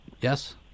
yes